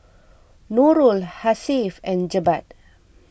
Nurul Hasif and Jebat